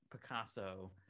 Picasso